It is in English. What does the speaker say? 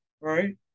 Right